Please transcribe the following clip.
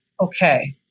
okay